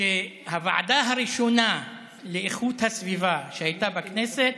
שהוועדה הראשונה לאיכות הסביבה שהייתה בכנסת,